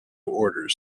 orders